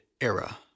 era